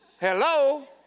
Hello